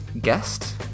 guest